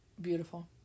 Beautiful